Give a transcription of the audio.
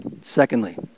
Secondly